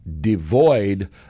devoid